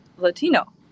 Latino